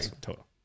Total